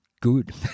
good